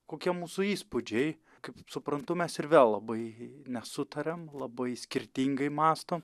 kokie mūsų įspūdžiai kaip suprantu mes ir vėl labai nesutariam labai skirtingai mąsto